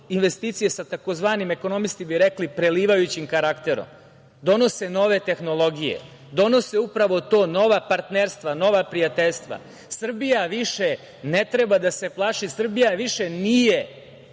investicije sa tzv. ekonomisti bi rekli prelivajućim karakterom, donose nove tehnologije, donose upravo to, nova partnerstva, nova prijateljstva. Srbija više ne treba da se plaši, Srbija više nije